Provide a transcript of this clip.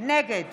נגד